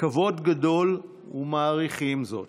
כבוד גדול ומעריכים זאת.